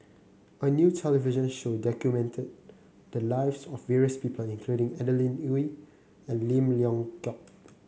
a new television show documented the lives of various people including Adeline Ooi and Lim Leong Geok